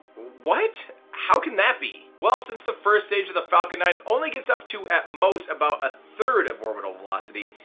what? how can that be? well, since the first stage of the falcon nine only gets up to at most about a third of orbital velocity,